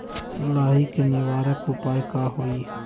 लाही के निवारक उपाय का होई?